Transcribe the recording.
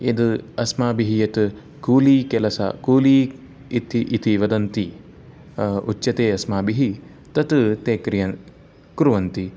यद् अस्माभिः यत् कूली केलस कूली इति इति वदन्ति उच्यते अस्माभिः तत् ते क्रियन् कुर्वन्ति